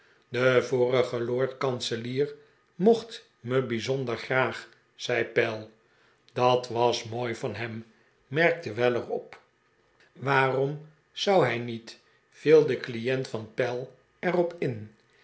de vorige lord kanselier mocht me bijzonder graag zei pell dat was mooi van hem merkte weller op waarom zou hij niet viel de client van pell er op in